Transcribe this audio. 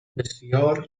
بسیار